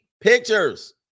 pictures